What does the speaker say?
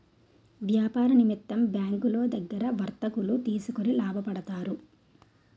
వ్యాపార నిమిత్తం బ్యాంకులో దగ్గర వర్తకులు తీసుకొని లాభపడతారు